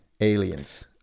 aliens